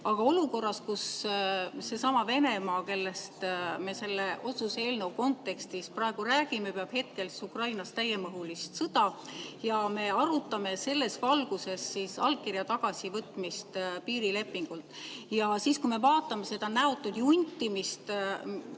Aga olukorras, kus seesama Venemaa, kellest me selle otsuse eelnõu kontekstis praegu räägime, peab Ukrainas täiemahulist sõda ja me arutame selles valguses allkirja tagasivõtmist piirilepingult ja kui me vaatame seda näotut juntimist